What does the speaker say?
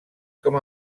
com